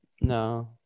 No